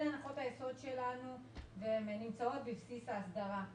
אלו הנחות היסוד שלנו שנמצאות בבסיס האסדרה.